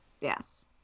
yes